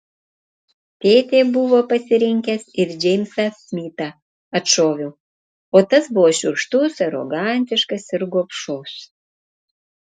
tėtė buvo pasirinkęs ir džeimsą smitą atšoviau o tas buvo šiurkštus arogantiškas ir gobšus